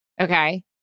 Okay